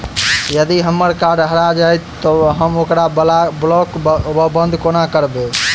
यदि हम्मर कार्ड हरा जाइत तऽ हम ओकरा ब्लॉक वा बंद कोना करेबै?